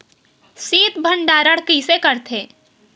शीत भंडारण कइसे करथे?